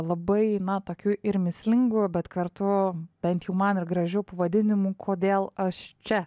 labai na tokiu ir mįslingu bet kartu bent jau man ir gražiu pavadinimu kodėl aš čia